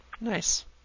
Nice